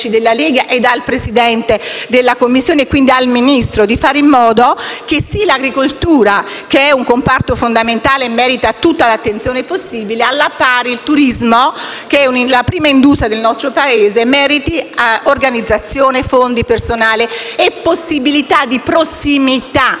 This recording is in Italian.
della Lega, nonché al Presidente della Commissione e al Ministro, per fare in modo che, posto che l'agricoltura è un comparto fondamentale e merita tutta l'attenzione possibile, alla pari il turismo, che è la prima industria del nostro Paese, abbia organizzazione, fondi, personale e possibilità di prossimità.